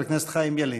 חבר הכנסת חיים ילין.